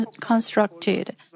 constructed